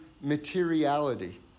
materiality